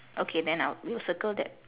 okay then I'll we'll circle that